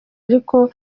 ariko